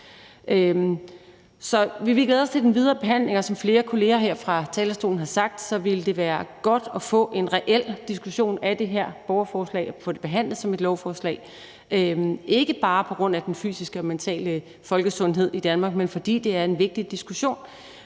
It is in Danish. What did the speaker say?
Så vi vil glæde os til den videre behandling, og som flere kolleger her fra talerstolen har sagt, vil det være godt at få en reel diskussion af det her borgerforslag og få det behandlet som et lovforslag, ikke bare på grund af den fysiske og mentale folkesundhed i Danmark, men fordi det er en vigtig diskussion.